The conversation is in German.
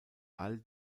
all